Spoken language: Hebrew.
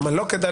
למה לא כדאי?